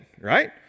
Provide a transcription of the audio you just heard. right